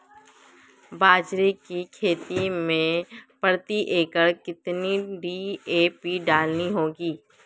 बाजरे की खेती में प्रति एकड़ कितनी डी.ए.पी डालनी होगी?